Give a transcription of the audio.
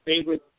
favorite